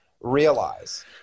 realize